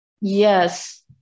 Yes